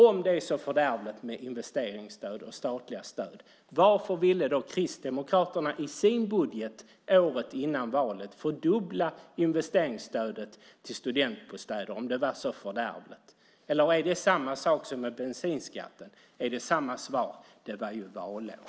Om det är så fördärvligt med investeringsstöd och statliga stöd, varför ville då Kristdemokraterna i sin budget året före valet fördubbla investeringsstödet till studentbostäder? Eller är det samma svar som när det gällde bensinskatten, att det var ju valår?